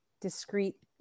discrete